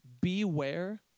Beware